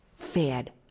fed